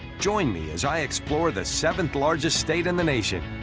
join me as i explore the seventh-largest state in the nation